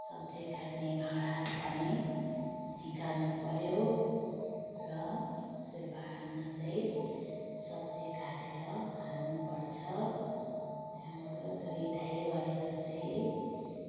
सब्जी काट्ने भाँडा पनि निकाल्नुपऱ्यो र भाँडामा चाहिँ सब्जी काटेर हाल्नुपर्छ त्यहाँबाट धोइधाई गरेर चाहिँ